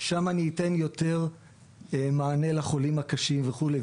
שם אני אתן יותר מענה לחולים הקשים וכולי,